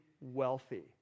wealthy